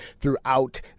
throughout